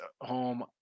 home